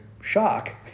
Shock